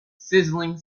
sizzling